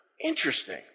Interesting